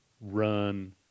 run